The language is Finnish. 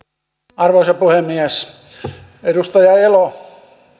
arvoisa puhemies edustaja elo